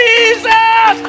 Jesus